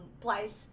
place